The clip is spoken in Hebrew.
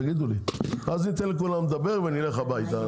תגידו לי ואז ניתן לכולם לדבר ונלך הביתה.